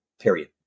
period